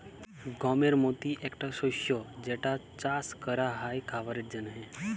গমের মতি একটা শস্য যেটা চাস ক্যরা হ্যয় খাবারের জন্হে